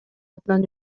атынан